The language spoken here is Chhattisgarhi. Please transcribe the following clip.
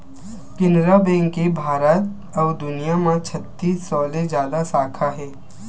केनरा बेंक के भारत अउ दुनिया म छत्तीस सौ ले जादा साखा हे